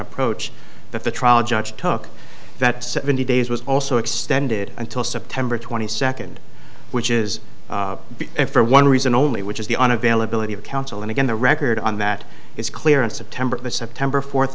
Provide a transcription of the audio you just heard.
approach that the trial judge took that seventy days was also extended until september twenty second which is for one reason only which is the on availability of counsel and again the record on that is clear in september the september fourth